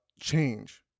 change